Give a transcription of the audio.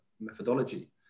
methodology